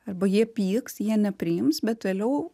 arba jie pyks jie nepriims bet vėliau